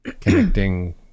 connecting